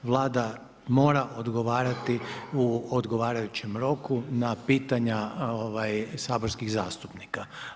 Vlada mora odgovarati u odgovarajućem roku na pitanja saborskih zastupnika.